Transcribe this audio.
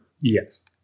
Yes